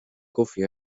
koffie